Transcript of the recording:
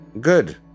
good